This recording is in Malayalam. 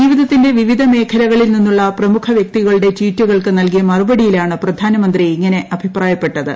ജീവിതത്തിന്റെ വിവിധ മേഖലകളിൽ നിന്നുള്ള പ്രമുഖ വ്യക്തിക്കളുട്ടു ട്വീറ്റുകൾക്ക് നൽകിയ മറുപടിയിലാണ് പ്രധാനമന്ത്രി ഇങ്ങനെ അഭിപ്രായപ്പെട്ടത്